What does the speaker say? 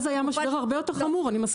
אז היה משבר הרבה יותר חמור, אני מסכימה.